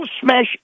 smash